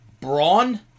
Braun